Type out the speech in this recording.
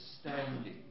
standing